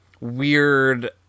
weird